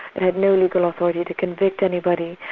it had no legal authority to convict anybody,